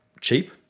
cheap